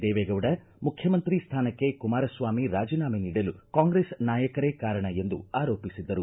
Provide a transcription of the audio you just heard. ದೇವೇಗೌಡ ಮುಖ್ಯಮಂತ್ರಿ ಸ್ವಾನಕ್ಕೆ ಕುಮಾರಸ್ವಾಮಿ ರಾಜನಾಮೆ ನೀಡಲು ಕಾಂಗ್ರೆಸ್ ನಾಯಕರೇ ಕಾರಣ ಎಂದು ಆರೋಪಿಸಿದ್ದರು